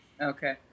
Okay